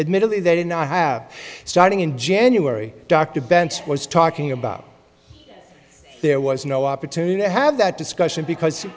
admittedly they did not have starting in january dr bents was talking about there was no opportunity have that discussion because